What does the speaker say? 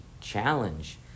challenge